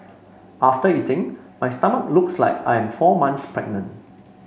after eating my stomach looks like I am four months pregnant